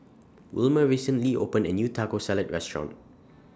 Wilmer recently opened A New Taco Salad Restaurant